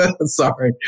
Sorry